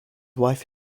wife